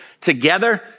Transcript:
together